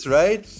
right